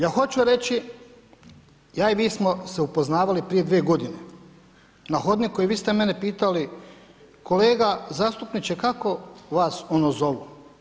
Ja hoću reći, ja i vi smo se upoznavali prije dvije godine na hodniku i vi ste mene pitali kolega zastupniče kako vas ono zovu?